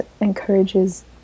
encourages